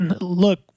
Look